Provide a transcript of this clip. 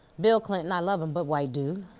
bill clinton, i love him, but white dude.